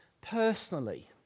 personally